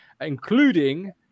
including